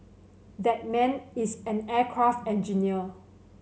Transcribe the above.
that man is an aircraft engineer